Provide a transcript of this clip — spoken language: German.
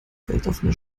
weltoffene